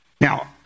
Now